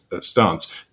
stance